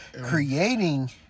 creating